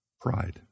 pride